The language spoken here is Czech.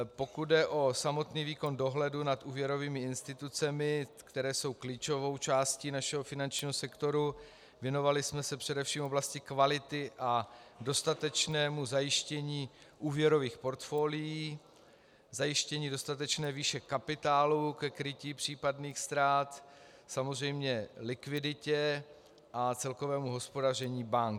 Pokud jde o samotný výkon dohledu nad úvěrovými institucemi, které jsou klíčovou částí našeho finančního sektoru, věnovali jsme se především oblasti kvality a dostatečnému zajištění úvěrových portfolií, zajištění dostatečné výše kapitálu ke krytí případných ztrát, samozřejmě likviditě a celkovému hospodaření bank.